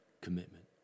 commitment